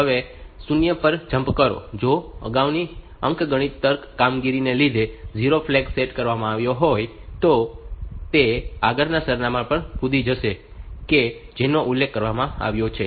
હવે શૂન્ય પર જમ્પ કરો જો અગાઉના અંકગણિત તર્ક કામગીરીને લીધે 0 ફ્લેગ સેટ કરવામાં આવ્યો હોય તો તે આગળના સરનામાં પર કૂદી જશે કે જેનો ઉલ્લેખ કરવામાં આવ્યો છે